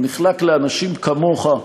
הוא נחלק לאנשים כמוך,